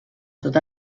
tot